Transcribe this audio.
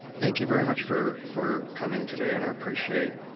thank you very much for for coming today and i appreciate